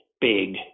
big